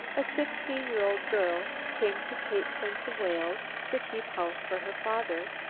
a sixteen-year-old girl, came to cape prince of wales to keep house for her father,